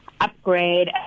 upgrade